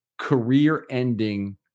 career-ending